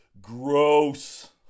Gross